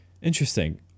interesting